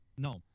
No